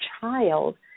child